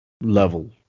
level